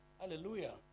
Hallelujah